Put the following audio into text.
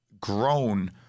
grown